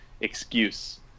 excuse